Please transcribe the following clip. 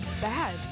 bad